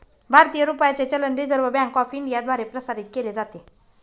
भारतीय रुपयाचे चलन रिझर्व्ह बँक ऑफ इंडियाद्वारे प्रसारित केले जाते